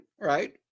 right